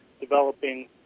developing